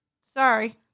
Sorry